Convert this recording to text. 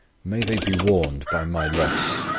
may they be warned by my loss.